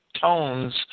tones